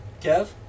Kev